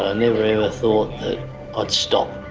ah never ever thought that i'd stop.